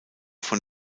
von